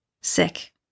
Sick